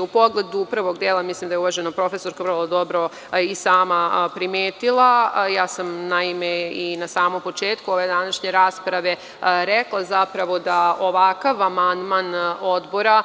U pogledu prvog dela mislim da je uvažena profesorka vrlo dobro i sama primetila, a ja sam, naime, i na samom početku ove današnje rasprave rekla da ovakav amandman Odbora